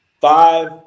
five